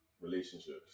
Relationships